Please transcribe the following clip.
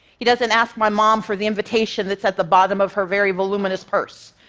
he doesn't ask my mom for the invitation that's at the bottom of her very voluminous purse.